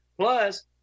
Plus